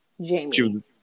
Jamie